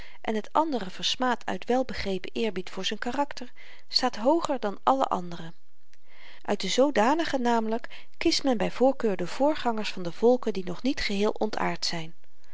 en t andere versmaadt uit welbegrepen eerbied voor z'n karakter staat hooger dan alle anderen uit de zoodanigen namelyk kiest men by voorkeur de voorgangers van de volken die nog niet geheel ontaard zyn